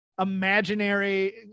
imaginary